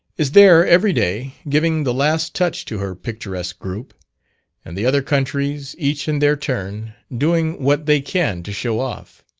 is there every day, giving the last touch to her picturesque group and the other countries, each in their turn, doing what they can to show off.